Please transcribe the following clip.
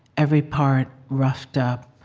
every part roughed up,